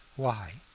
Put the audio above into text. why?